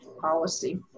policy